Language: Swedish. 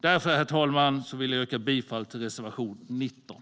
Därför, herr talman, vill jag yrka bifall till reservation 19.